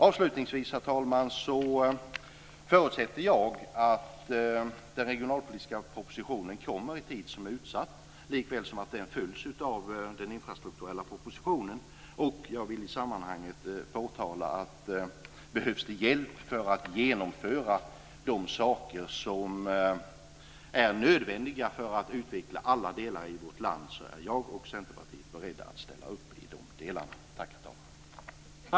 Avslutningsvis förutsätter jag att den regionalpolitiska propositionen kommer vid den tid som är utsatt likväl som att den följs av den infrastrukturella propositionen. Jag vill i sammanhanget påtala att om det behövs hjälp för att genomföra de saker som är nödvändiga för att utveckla alla delar i vårt land är jag och Centerpartiet beredda att ställa upp i de delarna.